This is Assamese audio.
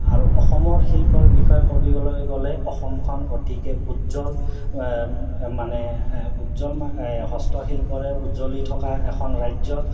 আৰু অসমৰ শিল্পৰ বিষয়ে ক'বলৈ গ'লে অসমখন অতিকে উজ্জ্বল মানে উজ্জ্বল হস্তশিল্পৰে উজ্জ্বলি থকা এখন ৰাজ্য